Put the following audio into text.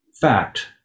fact